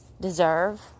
deserve